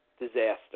disaster